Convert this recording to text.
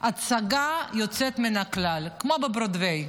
הצגה יוצאת מן הכלל, כמו בברודווי.